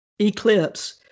eclipse